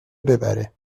ببره